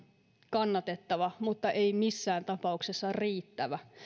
kannatettava mutta ei missään tapauksessa riittävä